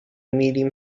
medium